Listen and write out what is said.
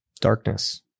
Darkness